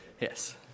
Yes